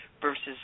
versus